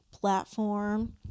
platform